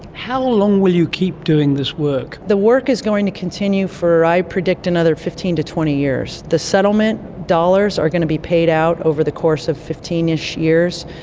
how long will you keep doing this work? the work is going to continue for i predict another fifteen to twenty years. the settlement dollars are going to be paid out over the course of fifteen ish years,